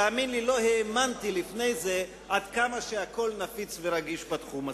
תאמין לי שלא האמנתי לפני זה עד כמה הכול נפיץ ורגיש בתחום הזה.